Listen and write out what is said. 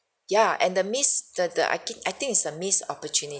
ya and the missed the the I keep I think it's a missed opportunity